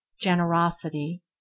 Generosity